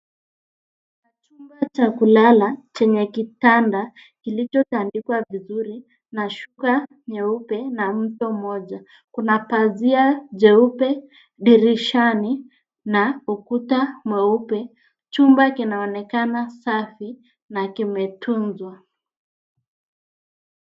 Chumba cha kulala chenye kitanda kilichotandikwa vizuri, na shuka nyeupe na mtoi mmoja. Kuna pazia jeupe dirishani na ukuta mweupe. Chumba kinaonekana safi na kimetunzwa.